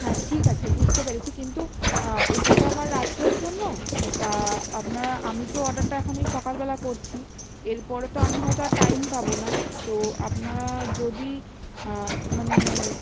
হ্যাঁ ঠিক আছে বুঝতে পেরেছি কিন্তু ওটা তো আমার রাত্রের জন্য তা আপনারা আমি তো অর্ডারটা এখন এই সকালবেলা করছি এরপরে তো আমি হয়তো আর টাইম পাবো না তো আপনারা যদি মানে